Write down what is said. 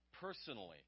personally